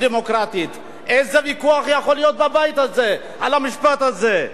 דמוקרטית"; איזה ויכוח יכול להיות בבית הזה על המשפט הזה?